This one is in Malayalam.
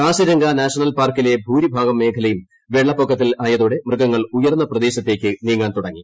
കാസിരംഗ നാഷണൽ പ്പാർക്കിലെ ഭൂരിഭാഗം മേഖലയും വെള്ളപ്പൊക്കത്തിലായത്തോട്ടെ മൃഗങ്ങൾ ഉയർന്ന പ്രദേശത്തേക്ക് നീങ്ങാൻ തുടങ്ങി